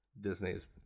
Disney's